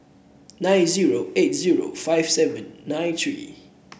nine zero eight zero five seven nine three